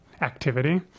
activity